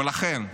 ולכן,